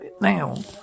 now